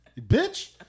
Bitch